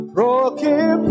Broken